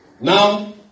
Now